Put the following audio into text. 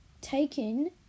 taken